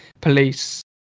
police